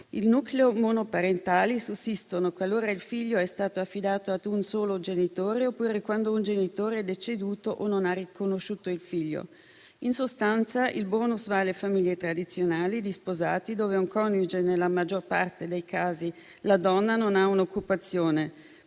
I nuclei monoparentali sussistono qualora il figlio sia stato affidato a un solo genitore oppure quando un genitore è deceduto o non ha riconosciuto il figlio. In sostanza, il *bonus* va alle famiglie tradizionali di sposati, dove un coniuge (nella maggior parte dei casi la donna) non ha un'occupazione.